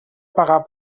pagar